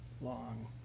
long